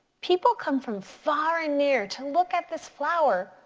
people come from far and near to look at this flower.